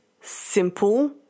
simple